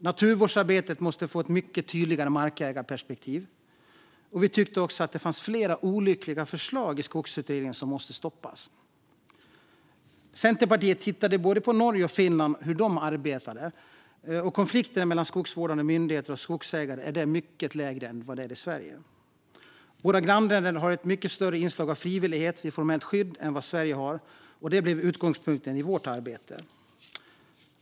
Naturvårdsarbetet måste få ett mycket tydligare markägarperspektiv. Vi tyckte också att det fanns flera olyckliga förslag i skogsutredningen som måste stoppas. Centerpartiet tittade på både Norge och Finland och såg hur man arbetade där. Konflikterna mellan skogsvårdande myndigheter och skogsägare är där på en mycket lägre nivå än i Sverige. Våra grannländer har ett större inslag av frivillighet vid formellt skydd än Sverige har, och det blev utgångspunkten i vårt arbete.